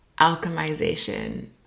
alchemization